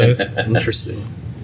interesting